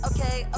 Okay